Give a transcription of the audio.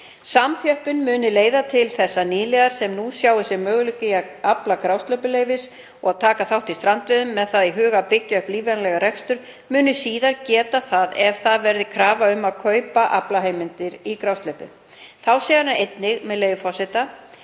Samþjöppun muni leiða til þess að nýliðar sem nú sjái möguleika í að afla grásleppuleyfis og taka þátt í strandveiðum með það í huga að byggja upp lífvænlegan rekstur muni síður geta það ef krafa verður um að kaupa aflaheimildir í grásleppu. Þá segir hann einnig, með leyfi forseta: